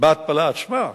בהתפלה עצמה,